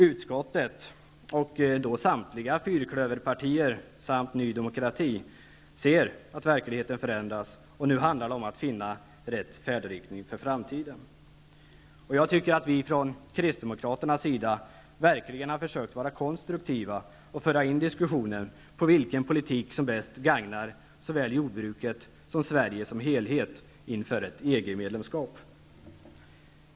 Utskottet -- och samtliga fyrklöver-partier och Ny demokrati -- ser att verkligheten förändras. Nu handlar det om att finna rätt färdriktning för framtiden. Jag tycker att vi från Kristdemokraternas sida verkligen har försökt att vara konstruktiva och föra in diskussionen på vilken politik som bäst gagnar såväl jordbruket som Sverige som helhet inför ett EG-medlemskap.